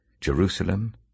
Jerusalem